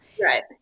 Right